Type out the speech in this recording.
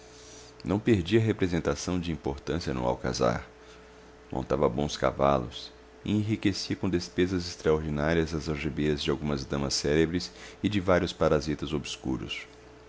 não perdia representação de importância no alcazar montava bons cavalos e enriquecia com despesas extraordinárias as algibeiras de algumas damas célebres e de vários parasitas obscuros